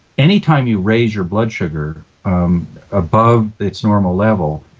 any time you raise your blood sugar above the normal level,